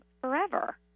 forever